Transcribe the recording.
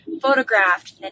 photographed